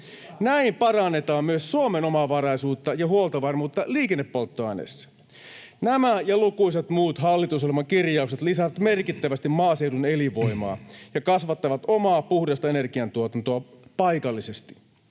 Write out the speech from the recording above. Näin parannetaan myös Suomen omavaraisuutta ja huoltovarmuutta liikennepolttoaineissa.” [Tuomas Kettunen: Hyvä!] Nämä ja lukuisat muut hallitusohjelman kirjaukset lisäävät merkittävästi maaseudun elinvoimaa ja kasvattavat omaa, puhdasta energiantuotantoa paikallisesti.